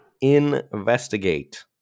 Investigate